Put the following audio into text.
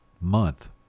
month